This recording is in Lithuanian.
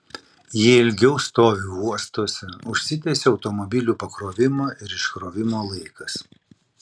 jie ilgiau stovi uostuose užsitęsia automobilių pakrovimo ir iškrovimo laikas